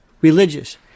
religious